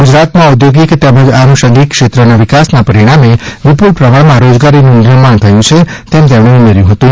ગુજરાતમાં ઔદ્યોગિક તેમજ આનુષંગિક ક્ષેત્રના વિકાસના પરિણામે વિપુલ પ્રમાણમાં રોજગારીનુ નિર્માણ થયુ છે તેમ તેમણે ઉમેર્યુ હતુ